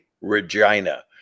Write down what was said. Regina